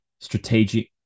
strategic